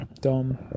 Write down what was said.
Dom